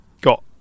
got